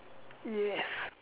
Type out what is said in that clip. yes